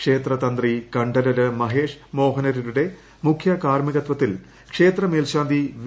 ക്ഷേത്രതന്ത്രി കണ്ഠരര് മഹേഷ് മോഹനരുടെ മുഖ്യകാർമ്മികത്വത്തിൽ ക്ഷേത്ര മേൽശാന്തി വി